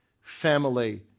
family